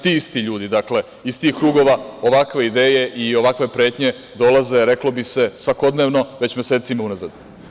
Ti isti ljudi iz tih krugova ovakve ideje i ovakve pretnje dolaze, reklo bi se, svakodnevno već mesecima unazad.